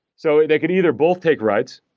so they could either both take writes,